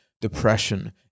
Depression